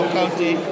County